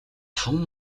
таван